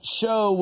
show